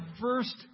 first